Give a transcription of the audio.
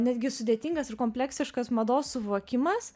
netgi sudėtingas ir kompleksiškas mados suvokimas